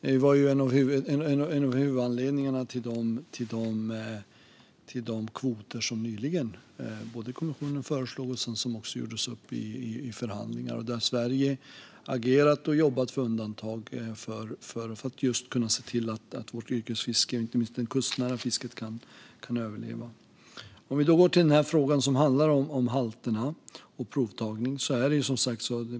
Det är en av huvudanledningarna till de kvoter som kommissionen nyligen föreslog och som det även gjordes upp om i förhandlingar. Där har Sverige jobbat för undantag just för att kunna se till att vårt yrkesfiske, inte minst det kustnära fisket, överlever. Vi går över till frågan om halterna och provtagning.